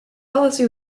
policy